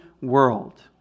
world